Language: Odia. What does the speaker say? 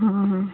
ହଁ ହଁ